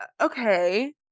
okay